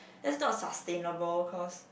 that's not sustainable cause